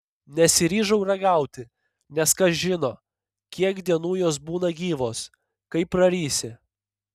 nesiryžau ragauti nes kas žino kiek dienų jos būna gyvos kai prarysi